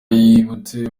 yibutse